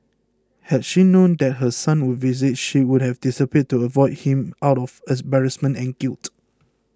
had she known that her son would visit she would have disappeared to avoid him out of embarrassment and guilt